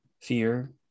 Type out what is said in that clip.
fear